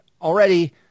already